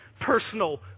personal